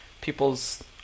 people's